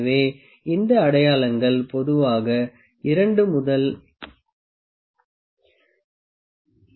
எனவே இந்த அடையாளங்கள் பொதுவாக 2 முதல் 10 மி